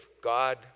God